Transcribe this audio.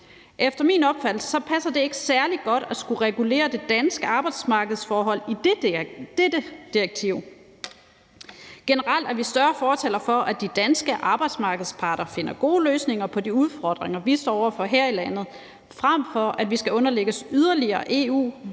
Efter min opfattelse passer det ikke særlig godt at skulle regulere de danske arbejdsmarkedsforhold i dette direktiv. Generelt er vi større fortalere for, at de danske arbejdsmarkedsparter finder gode løsninger på de udfordringer, vi står over for her i landet, frem for at vi skal underlægges yderligere EU-regulering